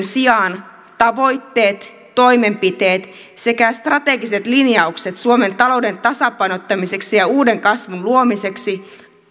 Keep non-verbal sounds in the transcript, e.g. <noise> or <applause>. <unintelligible> sijaan tavoitteet toimenpiteet sekä strategiset linjaukset suomen talouden tasapainottamiseksi ja uuden kasvun luomiseksi